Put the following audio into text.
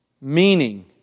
Meaning